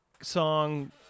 song